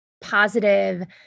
positive